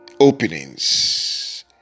openings